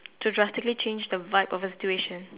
to drastically change the vibe of a situation